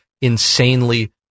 insanely